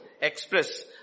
express